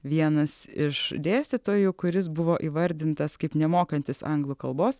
vienas iš dėstytojų kuris buvo įvardintas kaip nemokantis anglų kalbos